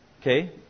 Okay